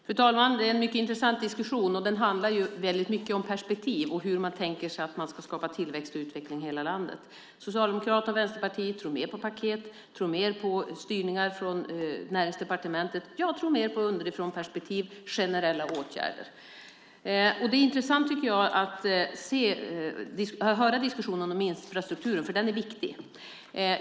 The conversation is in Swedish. Fru talman! Det är en mycket intressant diskussion. Det handlar väldigt mycket om perspektiv och hur man tänker sig att man ska skapa tillväxt och utveckling i hela landet. Socialdemokraterna och Vänsterpartiet tror mer på paket och styrningar från Näringsdepartementet. Jag tror mer på underifrånperspektiv och generella åtgärder. Det är intressant, tycker jag, att höra diskussionen om infrastrukturen, för den är viktig.